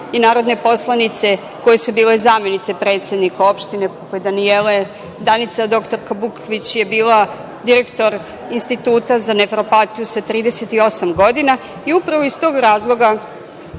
i narodne poslanice koje su bile zamenika predsednika opštine, poput Danijele, Danica dr Bukvić je bila direktor Instituta na nefropatiju sa 38 godina i upravo iz tog razloga,